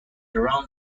around